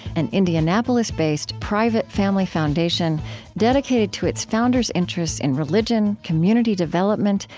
an indianapolis-based, private family foundation dedicated to its founders' interests in religion, community development,